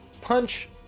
Punch